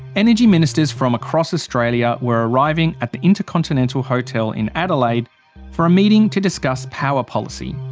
energy ministers from across australia were arriving at the intercontinental hotel in adelaide for a meeting to discuss power policy.